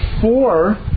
four